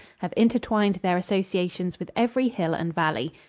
have intertwined their associations with every hill and valley.